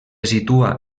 situa